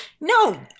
No